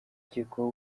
ukekwaho